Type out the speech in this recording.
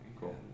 Cool